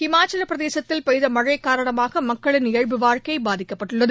இமாச்சல பிரதேசத்தில் பெய்த மழை காரணமாக மக்களின் இயல்பு வாழ்க்கை பாதிக்கப்பட்டுள்ளது